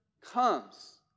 comes